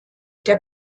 der